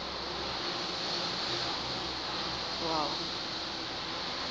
!wow!